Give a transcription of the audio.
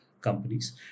companies